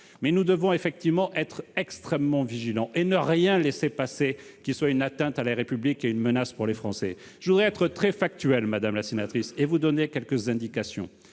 Mais nous devons effectivement être extrêmement vigilants pour ne rien laisser passer qui soit une atteinte à la République et une menace pour les Français. Je vais être très factuel, madame la sénatrice, pour vous donner quelques indications